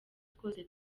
twose